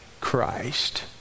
Christ